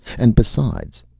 and, besides,